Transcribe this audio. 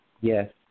Yes